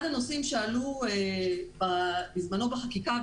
אחד הנושאים שעלו בזמנו בחקיקה,